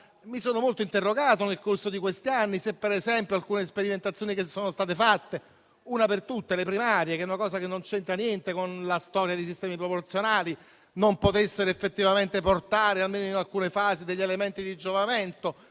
mi sono molto interrogato nel corso di questi anni se per esempio alcune sperimentazioni che sono state fatte, una per tutte le primarie, che non hanno niente a che fare con la storia dei sistemi proporzionali, non potessero effettivamente portare, almeno in alcune fasi, degli elementi di giovamento.